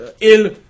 ill